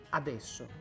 adesso